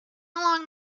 along